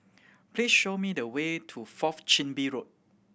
please show me the way to Fourth Chin Bee Road